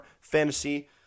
fantasy